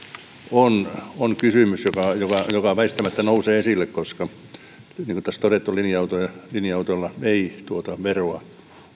on on kysymys joka joka väistämättä nousee esille koska niin kuin tässä on todettu linja autoilla ei tuota veroa